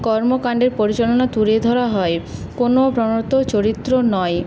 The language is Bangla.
কর্মকাণ্ডের পরিচালনা তুলে ধরা হয় কোনো প্রণত চরিত্র নয়